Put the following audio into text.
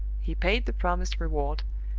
he paid the promised reward,